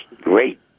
great